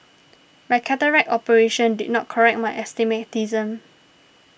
my cataract operation did not correct my astigmatism